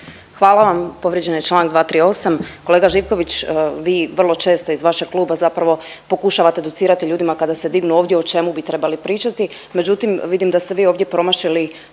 Hvala vam. Povrijeđen je čl. 238. Kolega Živković vi vrlo često iz vašeg kluba zapravo pokušavate docirati ljudima kada se dignu ovdje o čemu bi trebali pričati, međutim vidim da ste vi ovdje promašili